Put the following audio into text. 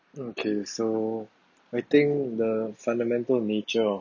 okay so I think the fundamental nature of